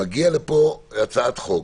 מגיעה לפה הצעת חוק